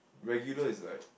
regular is like